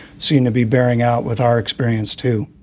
seem to be bearing out with our experience, too.